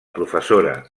professora